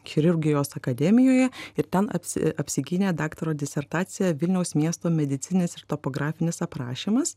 chirurgijos akademijoje ir ten apsi apsigynė daktaro disertaciją vilniaus miesto medicinis ir topografinis aprašymas